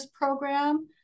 program